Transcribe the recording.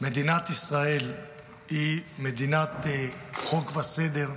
מדינת ישראל היא מדינת חוק וסדר,